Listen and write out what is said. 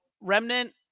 Remnant